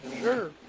sure